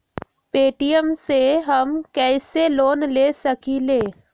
Paytm से हम कईसे लोन ले सकीले?